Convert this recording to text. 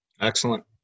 Excellent